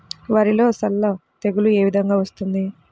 వరిలో సల్ల తెగులు ఏ విధంగా వస్తుంది?